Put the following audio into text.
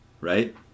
right